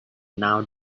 now